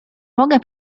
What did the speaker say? mogę